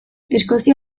eskozia